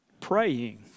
Praying